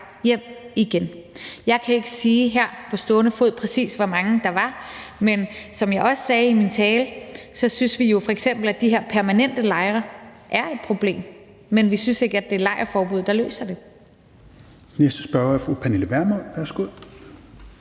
hjem igen. Jeg kan ikke her på stående fod sige, præcis hvor mange der var, men som jeg også sagde i min tale, så synes vi jo f.eks., at de her permanente lejre er et problem. Men vi synes ikke, at det er lejrforbuddet, der løser det. Kl. 16:08 Tredje næstformand